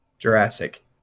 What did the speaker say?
Jurassic